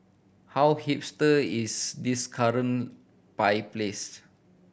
how hipster is this current pie place